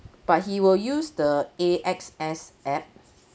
but he will use the AXS app